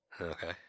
Okay